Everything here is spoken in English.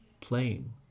playing